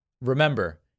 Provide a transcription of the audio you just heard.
Remember